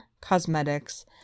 cosmetics